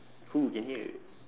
who can hear